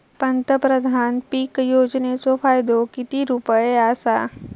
पंतप्रधान पीक योजनेचो फायदो किती रुपये आसा?